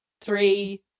three